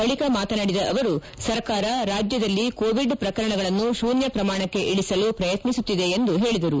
ಬಳಿಕ ಮಾತನಾಡಿದ ಅವರು ಸರ್ಕಾರ ರಾಜ್ಯದಲ್ಲಿ ಕೋವಿಡ್ ಪ್ರಕರಣಗಳನ್ನು ಶೂನ್ತ ಪ್ರಮಾಣಕ್ಕೆ ಇಳಿಸಲು ಪ್ರಯತ್ನಿಸುತ್ತಿದೆ ಎಂದು ಹೇಳಿದರು